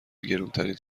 گرونترین